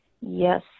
Yes